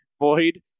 Void